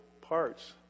parts